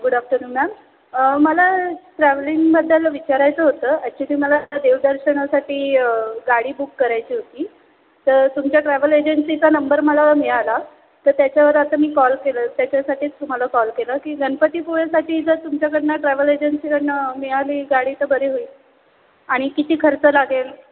good afternoon ma'am मला ट्रॅव्हलिंगबद्दल विचारायचं होतं ॲक्च्युली मला देवदर्शनासाठी गाडी बुक करायची होती तर तुमच्या ट्रॅव्हल एजन्सीचा नंबर मला मिळाला तर त्याच्यावर आता मी कॉल केलं त्याच्यासाठीच तुम्हाला कॉल केला की गणपतीपुळेसाठी जर तुमच्याकडून ट्रॅव्हल एजन्सीकडून मिळाली गाडी तर बरी होईल आणि किती खर्च लागेल